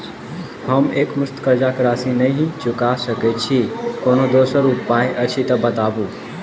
हम एकमुस्त कर्जा कऽ राशि नहि चुका सकय छी, कोनो दोसर उपाय अछि तऽ बताबु?